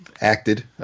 acted